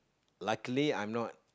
luckily I'm not